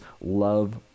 love